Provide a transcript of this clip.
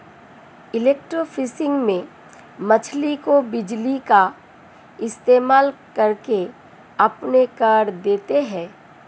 electrofishing में मछली को बिजली का इस्तेमाल करके अचेत कर देते हैं